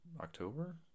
October